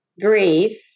grief